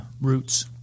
Roots